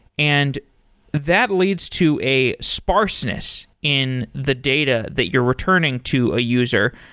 and that leads to a sparseness in the data that you're returning to a user.